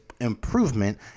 improvement